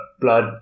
blood